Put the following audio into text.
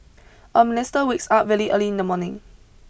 a minister wakes up really early in the morning